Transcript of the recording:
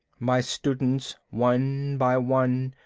my students, one by one,